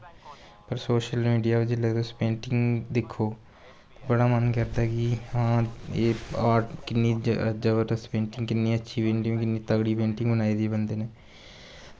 पर social media पर जिसलै तुस पेंटिंग दिक्खो थोआढ़ा मन करदा कि हां एह् आर्ट किन्नी जबरदस्त पेंटिंग ऐ किन्नी अच्छी पेंटिंग किन्नी तगड़ी पेंटिंग बनाई दी ऐ बंदे ने